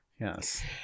Yes